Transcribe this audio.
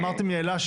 יעלה,